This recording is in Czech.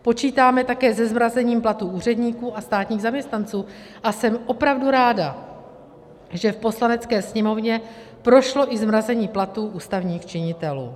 Počítáme také se zmrazením platů úředníků a státních zaměstnanců, a jsem opravdu ráda, že v Poslanecké sněmovně prošlo i zmrazení platů ústavních činitelů.